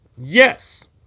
yes